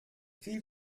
fiel